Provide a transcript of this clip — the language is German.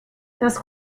das